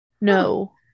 No